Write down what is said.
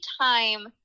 time